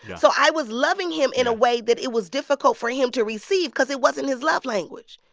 so i was loving him in a way that it was difficult for him to receive cause it wasn't his love language.